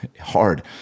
hard